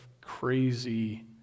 crazy